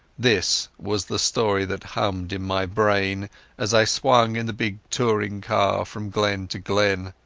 this was the story that hummed in my brain as i swung in the big touring-car from glen to glen.